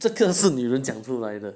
这个是女人讲出来的